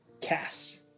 cast